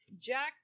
Jack